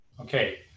Okay